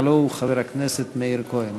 הלוא הוא חבר הכנסת מאיר כהן.